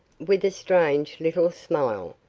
with a strange little smile,